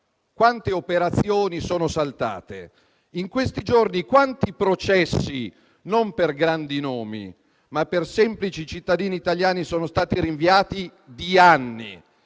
Quante operazioni sono saltate? In questi giorni, quanti processi, non per grandi nomi, ma per semplici cittadini italiani, sono stati rinviati di anni?